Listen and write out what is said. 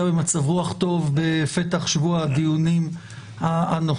במצב רוח טוב בפתח שבוע הדיונים הנוכחי.